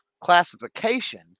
classification